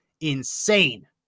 insane